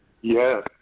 Yes